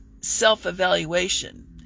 self-evaluation